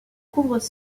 couvre